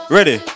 Ready